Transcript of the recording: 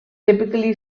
typically